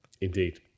Indeed